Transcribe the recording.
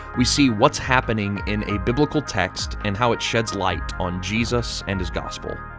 we see what's happening in a biblical text and how it sheds light on jesus and his gospel.